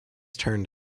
turned